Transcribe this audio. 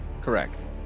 correct